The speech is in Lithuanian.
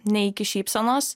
ne iki šypsenos